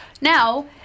Now